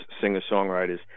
singer-songwriters